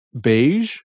beige